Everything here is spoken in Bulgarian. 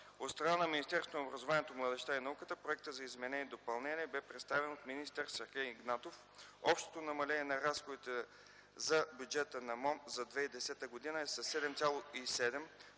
От страна на Министерството на образованието, младежта и науката проектът за изменение и допълнение бе представен от министър Сергей Игнатов. Общото намаление на разходите за бюджета на Министерството